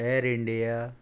वेर इंडिया